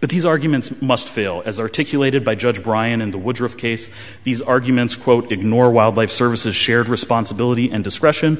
but these arguments must fail as articulated by judge brian in the woodruff case these arguments quote ignore wildlife services shared responsibility and discretion